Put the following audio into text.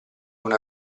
una